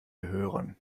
hören